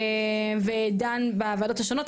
והוא דן בוועדות השונות.